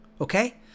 Okay